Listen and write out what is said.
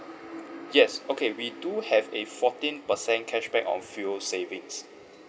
yes okay we do have a fourteen percent cashback of fuel savings